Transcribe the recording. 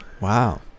Wow